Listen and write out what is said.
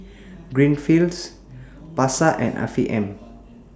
Greenfields Pasar and Afiq M